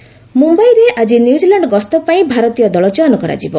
cricket ମୁମ୍ବାଇରେ ଆଜି New Zealand ଗସ୍ତ ପାଇଁ ଭାରତୀୟ ଦକଳ ଚୟନ କରାଯିବ